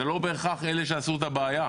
זה לא בהכרח אלה שעשו את הבעיה.